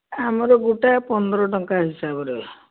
ଆମର ଗୋଟା ପନ୍ଦର ଟଙ୍କା ହିସାବରେ ଅଛି